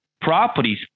properties